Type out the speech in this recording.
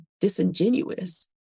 disingenuous